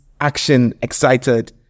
action-excited